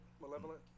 Malevolent